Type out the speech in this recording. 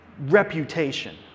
reputation